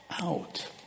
out